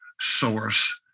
source